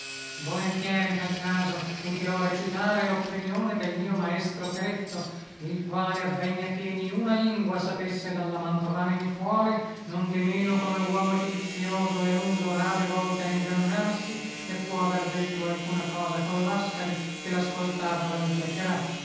volentieri in tal caso udirò recitare loppenione del mio maestro peretto il quale avvegna che niuna lingua sapesse dalla mantovana infuori nondimeno come uomo giudizioso e uso rade volte a ingannarsi ne può aver detto alcuna cosa col lascari che lascoltarla mi piacerà